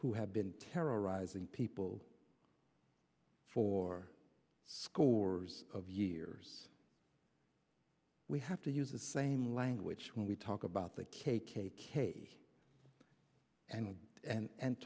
who have been terrorizing people for scores of years we have to use the same language when we talk about the k k k and and